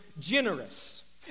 generous